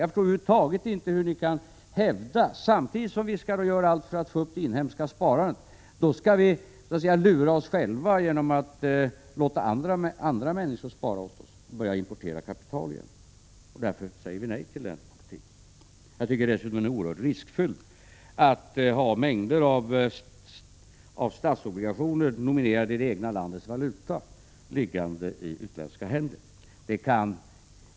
Jag förstår över huvud taget inte hur ni kan hävda att vi, samtidigt som vi skall göra allt för att öka det inhemska sparandet, skall lura oss själva genom att låta andra människor spara åt oss och genom att börja importera kapital igen. Vi säger nej till denna politik. Jag tycker dessutom att det är oerhört riskfyllt att ha mängder av statsobligationer nominerade i det egna landets valuta liggande i utländska händer.